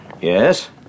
yes